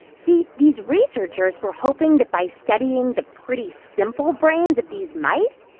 see. these researchers were hoping that by studying the pretty simple brains of these mice,